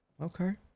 Okay